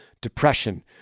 depression